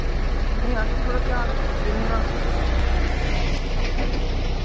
नेईं अस बी थोह्ड़ा ख्याल दिन्नेआं